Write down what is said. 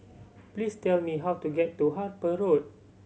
please tell me how to get to Harper Road